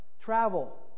travel